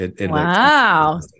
Wow